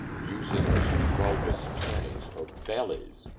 using two bulbous turnings or bellies,